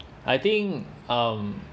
I think um